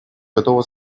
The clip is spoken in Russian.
готова